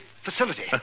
facility